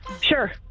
Sure